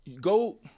go